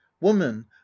woman